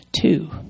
two